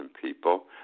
people